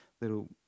little